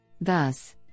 Thus